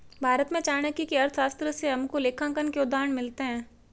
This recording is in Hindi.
भारत में चाणक्य की अर्थशास्त्र से हमको लेखांकन के उदाहरण मिलते हैं